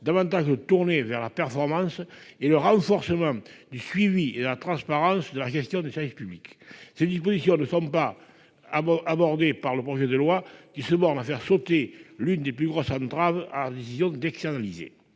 davantage tournée vers la performance »;« le renforcement du suivi et la transparence de la gestion des services publics ». Ces dispositions ne sont pas abordées par le projet de loi, qui se borne à faire sauter l'une des plus grosses entraves à la décision d'externaliser.